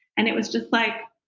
and it was just like,